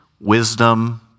wisdom